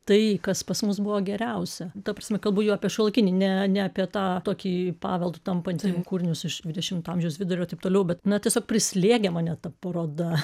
tai kas pas mus buvo geriausia ta prasme kalbu jau apie šiuolaikinę ne ne apie tą tokį paveldu tampantį kūrinius iš dvidešimto amžiaus vidurio taip toliau bet na tiesiog prislėgė mane ta paroda